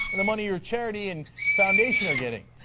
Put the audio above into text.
and the money your charity and foundation are getting.